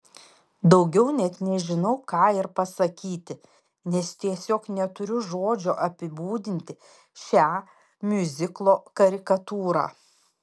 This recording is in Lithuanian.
daugiau net nežinau ką ir pasakyti nes tiesiog neturiu žodžių apibūdinti šią miuziklo karikatūrą